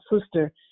sister